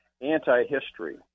anti-history